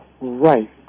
Right